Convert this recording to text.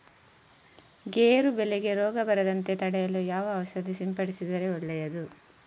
ಗೇರು ಬೆಳೆಗೆ ರೋಗ ಬರದಂತೆ ತಡೆಯಲು ಯಾವ ಔಷಧಿ ಸಿಂಪಡಿಸಿದರೆ ಒಳ್ಳೆಯದು?